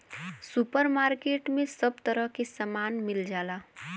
super market में सब तरह के सामान मिल जाला